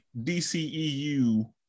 DCEU